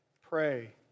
pray